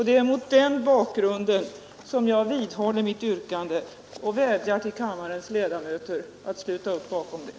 Det är mot den bakgrunden som jag vidhåller mitt yrkande och vädjar till kammarens ledamöter att sluta upp bakom det.